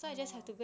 orh